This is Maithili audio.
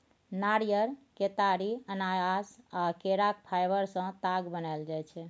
नारियर, केतारी, अनानास आ केराक फाइबर सँ ताग बनाएल जाइ छै